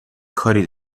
کاری